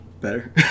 Better